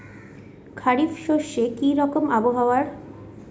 খরিফ শস্যে কি রকম আবহাওয়ার?